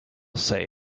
say